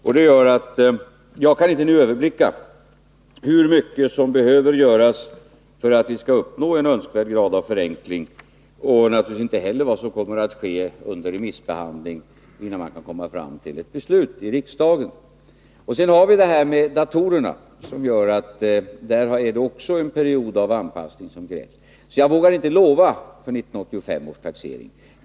Jag kan därför inte nu överblicka hur mycket som behöver göras för att vi skall uppnå en önskvärd grad av förenkling — och naturligtvis inte heller vad som kommer att ske under remissbehandlingen, innan man kan komma fram till ett beslut i riksdagen. Sedan behövs också en period av anpassning vad gäller datorerna. Jag vågar således inte lova något för 1985 års taxering.